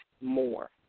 more